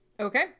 Okay